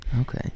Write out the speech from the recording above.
Okay